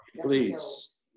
Please